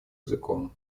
языком